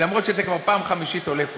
למרות שזו כבר הפעם החמישית שאני עולה לפה,